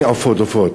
עופות.